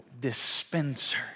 dispenser